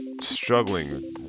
struggling